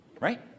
right